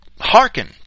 Hearken